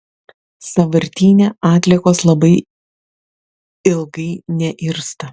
sąvartyne atliekos labai ilgai neirsta